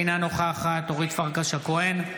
אינה נוכחת אורית פרקש הכהן,